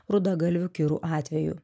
rudagalvių kirų atvejų